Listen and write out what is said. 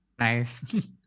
Nice